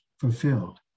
fulfilled